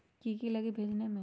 की की लगी भेजने में?